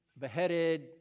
beheaded